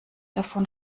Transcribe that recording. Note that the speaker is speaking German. davon